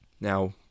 Now